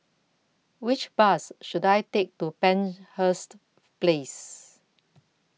Which Bus should I Take to Penshurst Place